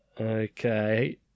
Okay